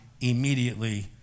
immediately